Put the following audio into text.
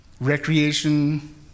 recreation